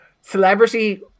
Celebrity